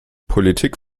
politik